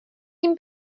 jim